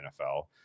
nfl